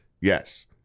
yes